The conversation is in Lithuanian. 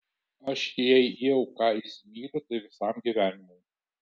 aš jei jau ką įsimyliu tai visam gyvenimui